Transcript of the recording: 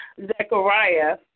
Zechariah